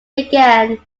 again